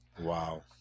Wow